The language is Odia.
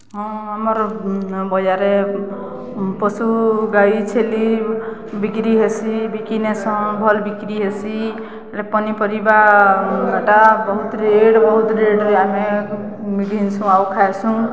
ହଁ ଆମର୍ ବଜାରେ ପଶୁ ଗାଈ ଛେଲି ବିକ୍ରି ହେସି ବିକି ନେସନ୍ଁ ଭଲ ବିକ୍ରି ହେସି ହେଲେ ପନିପରିବାଟା ବହୁତ୍ ରେଟ୍ ବହୁତ୍ ରେଟ୍ରେ ଆମେ ଘିନ୍ସୁଁ ଆଉ ଖାଏସୁଁ